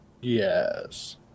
Yes